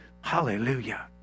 Hallelujah